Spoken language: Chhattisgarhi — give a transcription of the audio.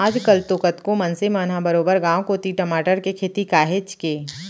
आज कल तो कतको मनसे मन ह बरोबर गांव कोती टमाटर के खेती काहेच के